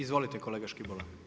Izvolite kolega Škibola.